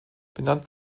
benannt